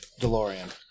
DeLorean